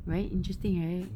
right interesting right